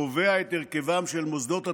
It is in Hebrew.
קובע את הרכבם של מוסדות התכנון,